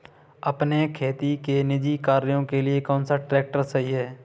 अपने खेती के निजी कार्यों के लिए कौन सा ट्रैक्टर सही है?